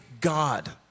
God